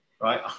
Right